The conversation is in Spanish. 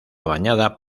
bañado